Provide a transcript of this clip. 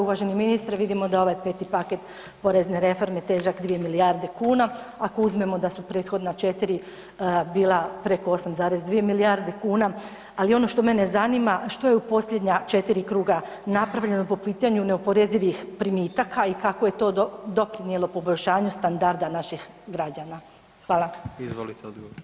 Uvaženi ministre, vidimo da je ovaj 5. paket porezne reforme težak 2 milijarde kuna ako uzmemo da su prethodna 4 bila preko 8,2 milijarde kuna, ali ono što mene zanima što je u posljednja 4 kruga napravljeno po pitanju neoporezivih primitaka i kako je to doprinijelo poboljšanju standarda naših građana?